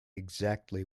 exactly